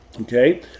Okay